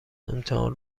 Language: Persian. امتحان